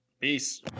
Peace